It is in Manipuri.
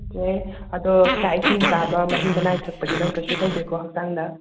ꯖꯣꯌꯦ ꯑꯗꯣ ꯆꯥꯛ ꯏꯁꯤꯡ ꯆꯥꯕ ꯃꯍꯤ ꯃꯅꯥꯏ ꯊꯛꯄꯗꯤ ꯅꯪ ꯀꯩꯁꯨ ꯇꯧꯗꯦꯀꯣ ꯍꯛꯆꯥꯡꯗ